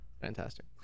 Fantastic